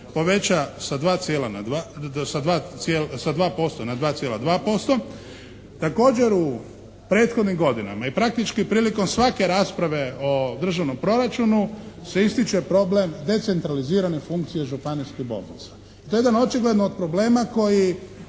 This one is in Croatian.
poveća sa 2% na 2,2%. Također u prethodnim godinama i praktički prilikom svake rasprave o državnom proračunu se ističe problem decentralizirane funkcije županijske bolnice. To je jedan očigledno od problema koji